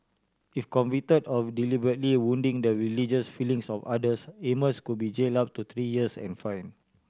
if convicted of deliberately wounding the religious feelings of others Amos could be jailed up to three years and fined